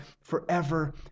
forever